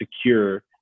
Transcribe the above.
secure